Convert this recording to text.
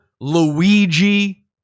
luigi